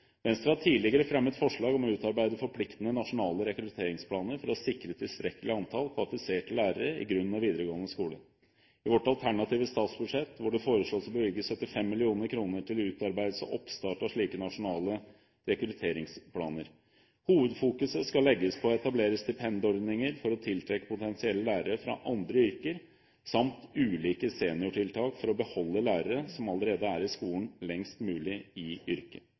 Venstre har tidligere fremmet forslag om å utarbeide forpliktende nasjonale rekrutteringsplaner for å sikre et tilstrekkelig antall kvalifiserte lærere i grunnskole og videregående skole. I vårt alternative statsbudsjett foreslås det å bevilge 75 mill. kr til utarbeidelse og oppstart av slike nasjonale rekrutteringsplaner. Hovedfokuset skal legges på å etablere stipendordninger for å tiltrekke potensielle lærere fra andre yrker samt ulike seniortiltak for å beholde lærere som allerede er i skolen, lengst mulig i yrket.